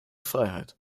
freiheit